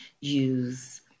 use